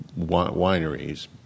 wineries